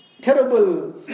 terrible